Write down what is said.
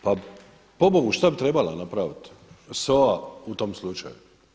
Pa pobogu, šta bi trebala napravit SOA u tom slučaju?